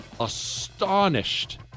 astonished